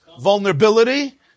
Vulnerability